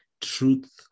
truth